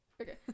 Okay